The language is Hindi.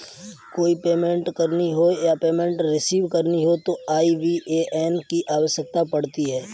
कोई पेमेंट करनी हो या पेमेंट रिसीव करनी हो तो आई.बी.ए.एन की आवश्यकता पड़ती है